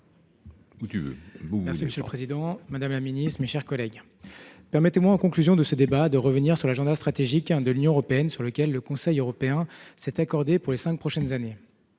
Monsieur le président, madame la secrétaire d'État, mes chers collègues, permettez-moi, en conclusion de ce débat, de revenir sur l'agenda stratégique de l'Union européenne, sur lequel le Conseil européen s'est accordé pour les cinq prochaines années.